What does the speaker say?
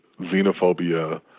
xenophobia